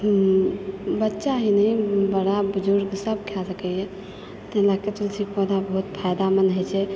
बच्चा ही नहि बड़ा बुजुर्गसभ खाय सकयए ताहि लकऽ तुलसीके पौधा बहुत फायदामन्द होइत छै